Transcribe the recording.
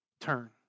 Turn